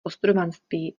ostrovanství